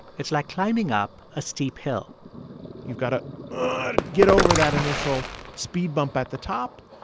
it's like climbing up a steep hill you've got to get over that initial speed bump at the top.